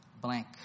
blank